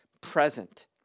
present